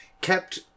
kept